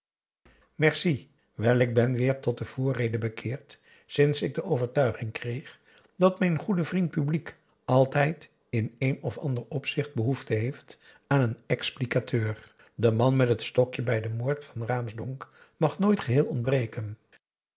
merci wel ik ben weer tot de voorreden bekeerd sedert ik de overtuiging kreeg dat mijn goede vriend publiek altijd in een of ander opzicht behoefte heeft aan een explicateur de man met het stokje bij den moord van raamsdonck mag nooit geheel ontbreken